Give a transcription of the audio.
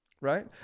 Right